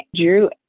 Drew